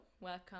Welcome